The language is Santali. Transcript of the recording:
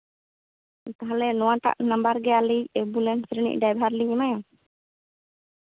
ᱛᱟᱦᱚᱞᱮ ᱱᱚᱣᱟᱴᱟᱜ ᱱᱟᱢᱵᱟᱨᱜᱮ ᱟᱞᱮ ᱮᱢᱵᱩᱞᱮᱱᱥ ᱨᱤᱱᱤᱪ ᱰᱨᱟᱭᱵᱷᱟᱨ ᱞᱤᱧ ᱮᱢᱟᱢᱟ